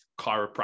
chiropractic